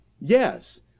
yes